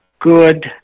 good